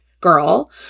girl